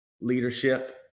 leadership